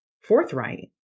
forthright